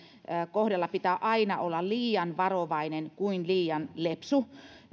kohdalla pitää aina olla liian varovainen kuin liian lepsu